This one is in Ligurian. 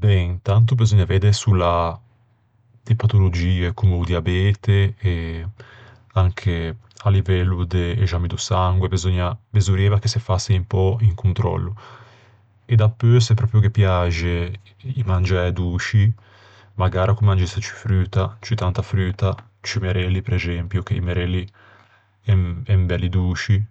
Ben, tanto beseugna vedde s'o l'à de patologie comme o diabete e anche à livello de exammi do sangue, beseugna... besorrieiva che se fasse un pö un contròllo. E dapeu se ghe piaxe i mangiæ dôsci, magara ch'o mangesse ciù fruta, ciù tanta fruta. Ciù merelli prexempio, che i merelli en-en belli dôsci.